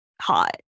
hot